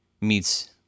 meets